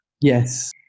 Yes